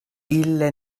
ille